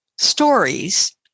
stories